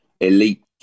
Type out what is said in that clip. elite